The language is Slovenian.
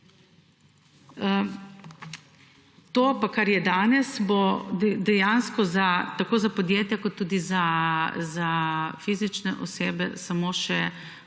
To, kar je danes, bo dejansko tako za podjetja kot tudi za fizične osebe samo še